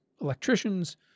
electricians